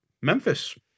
Memphis